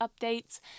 updates